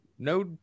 No